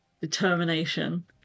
determination